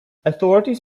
authorities